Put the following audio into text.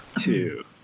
two